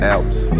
Alps